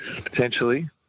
potentially